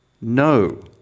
no